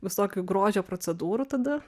visokių grožio procedūrų tada